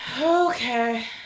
Okay